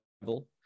level